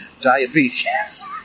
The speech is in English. diabetes